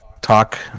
talk